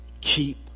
keep